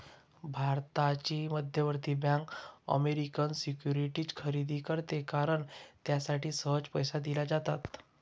भारताची मध्यवर्ती bank American securities खरेदी करते कारण त्यासाठी सहज पैसे दिले जातात